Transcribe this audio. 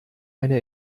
eine